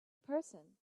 person